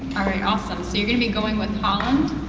alright awesome so you're going to be going with holland,